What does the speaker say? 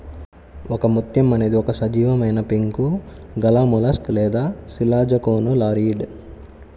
ఒకముత్యం అనేది ఒక సజీవమైనపెంకు గలమొలస్క్ లేదా శిలాజకోనులారియిడ్